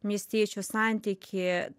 miestiečių santykį